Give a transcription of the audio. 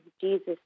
Jesus